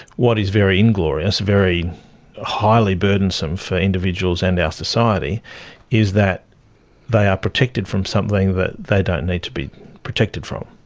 what is very inglorious, very highly burdensome for individuals and our society is that they are protected from something that they don't need to be protected from,